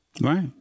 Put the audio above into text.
Right